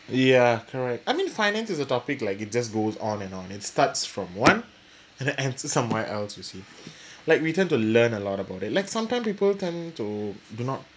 ya correct I mean finance is a topic like it just goes on and on it starts from one and then ends at somewhere else you see like we tend to learn a lot of for that like sometime people tend to do not